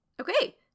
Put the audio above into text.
okay